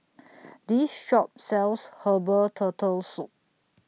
This Shop sells Herbal Turtle Soup